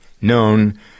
known